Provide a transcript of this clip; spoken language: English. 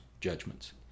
judgments